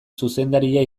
zuzendaria